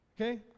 Okay